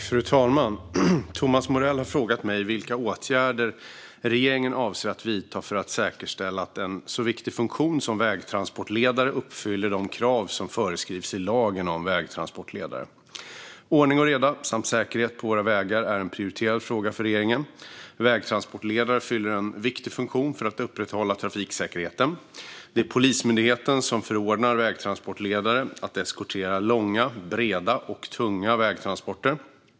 Fru talman! Thomas Morell har frågat mig vilka åtgärder regeringen avser att vidta för att säkerställa att en så viktig funktion som vägtransportledare uppfyller de krav som föreskrivs i lagen om vägtransportledare. Ordning och reda samt säkerhet på våra vägar är en prioriterad fråga för regeringen. Vägtransportledare fyller en viktig funktion för att upprätthålla trafiksäkerheten. Det är Polismyndigheten som förordnar vägtransportledare att eskortera långa, breda och tunga vägtransporter.